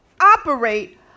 operate